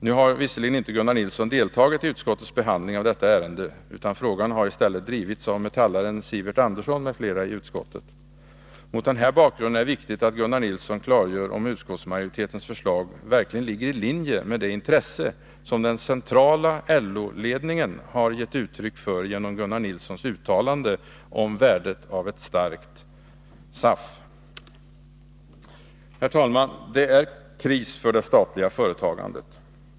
Nu har visserligen inte Gunnar Nilsson deltagit i utskottets behandling av detta ärende, men frågan har där i stället drivits av ”metallaren” Sivert Andersson m.fl. Mot den bakgrunden är det viktigt att Gunnar Nilsson klargör om utskottsmajoritetens förslag verkligen ligger i linje med det intresse som den centrala LO-ledningen har gett uttryck för genom Gunnar Nilssons uttalande om värdet av ett starkt SAF. Herr talman! Det är kris för de statliga företagandet.